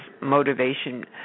motivation